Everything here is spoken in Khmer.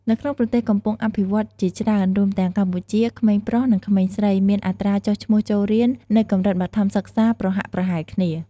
នៅក្នុងប្រទេសកំពុងអភិវឌ្ឍន៍ជាច្រើន រួមទាំងកម្ពុជា ក្មេងប្រុស និងក្មេងស្រីមានអត្រាចុះឈ្មោះចូលរៀននៅកម្រិតបឋមសិក្សាប្រហាក់ប្រហែលគ្នា។